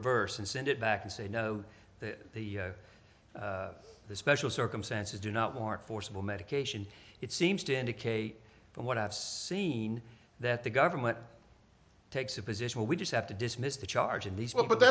reverse and send it back and say no the the special circumstances do not warrant forcible medication it seems to indicate from what i've seen that the government takes a position where we just have to dismiss the charge and these will but